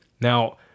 Now